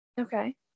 okay